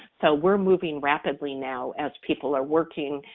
so we're moving rapidly now as people are working,